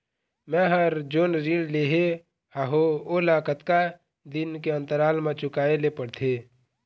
मैं हर जोन ऋण लेहे हाओ ओला कतका दिन के अंतराल मा चुकाए ले पड़ते?